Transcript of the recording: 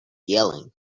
yelling